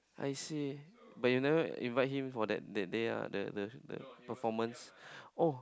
I see but you never invite him for that that day ah the the the performance oh